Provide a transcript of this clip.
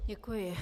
Děkuji.